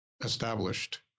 established